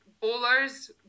bowlers